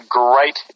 great